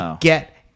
get